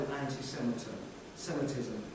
anti-Semitism